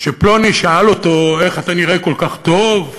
שפלוני שאל אותו: איך אתה נראה כל כך טוב,